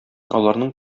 аларның